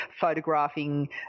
photographing